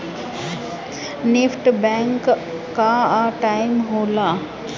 NEFT bank कअ time में होला